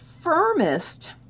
firmest